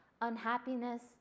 unhappiness